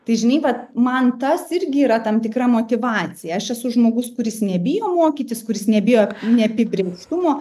tai žinai vat man tas irgi yra tam tikra motyvacija aš esu žmogus kuris nebijo mokytis kuris nebijo neapibrėžtumo